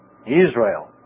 Israel